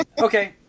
okay